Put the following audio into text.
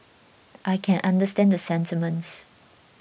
I can understand the sentiments